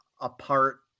apart